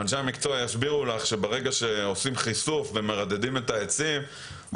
אנשי המקצוע יסבירו לך שברגע שעושים חישוף ומרדדים את העצים,